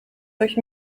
durch